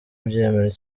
ubyemere